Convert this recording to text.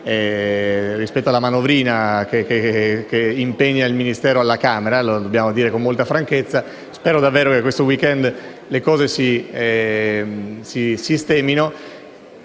per la manovrina che impegna il Ministero alla Camera, lo dobbiamo dire con molta franchezza. Spero che in questo fine settimana le cose si sistemino,